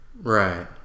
Right